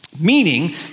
Meaning